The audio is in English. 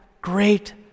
great